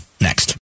next